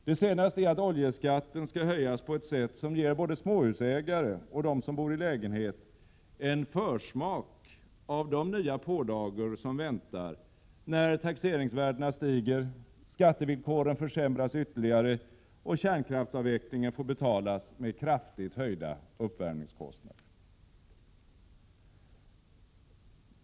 Det senaste är att oljeskatten skall höjas på ett sätt som ger både småhusägare och dem som bor i lägenhet en försmak av de nya pålagor som väntar, när taxeringsvärdena stiger, skattevillkoren försämras ytterligare och kärnkraftsavvecklingen får betalas med kraftigt höjda uppvärmningskostnader.